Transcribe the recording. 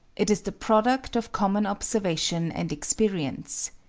it is the product of common observation and experience.